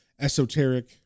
esoteric